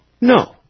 No